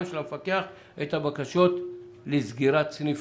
גם של המפקח את הבקשות לסגירת סניפים.